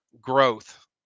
growth